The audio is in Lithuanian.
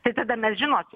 tai tada mes žinos